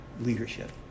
Leadership